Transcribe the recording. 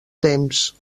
temps